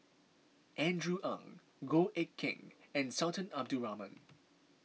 Andrew Ang Goh Eck Kheng and Sultan Abdul Rahman